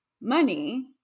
money